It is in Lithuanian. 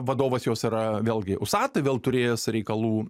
vadovas jos yra vėlgi usa tai vėl turėjęs reikalų